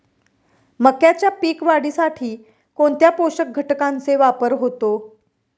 मक्याच्या पीक वाढीसाठी कोणत्या पोषक घटकांचे वापर होतो?